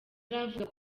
aravuga